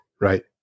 Right